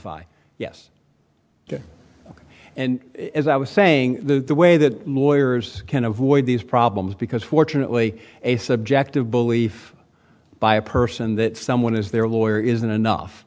indemnify yes and as i was saying the way that lawyers can avoid these problems because fortunately a subjective belief by a person that someone is their lawyer isn't enough